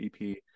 EP